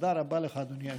תודה רבה לך, אדוני היושב-ראש.